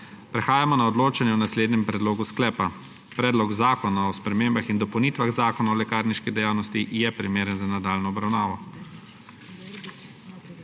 Prehajamo na odločanje o naslednjem predlogu sklepa: Predlog zakona o spremembah in dopolnitvah Zakona o lekarniški dejavnosti je primeren za nadaljnjo obravnavo.